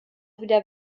wieder